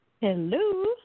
Hello